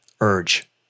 urge